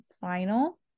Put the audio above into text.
final